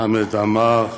חמד עמאר,